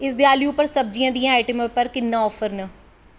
इस देआली उप्पर सब्ज़ियें दियें आइटमें पर किन्ने ऑफर न